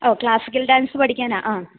ഓ classical dance പഠിക്കാനാണ് ആ